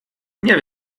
nie